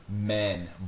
men